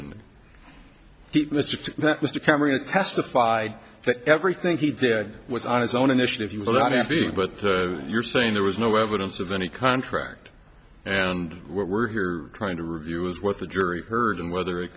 cameron testified that everything he did was on his own initiative you were not happy but you're saying there was no evidence of any contract and we're here trying to review is what the jury heard and whether it